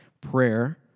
Prayer